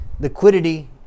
Liquidity